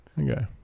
Okay